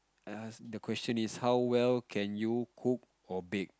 I ask the question is how well can you cook or bake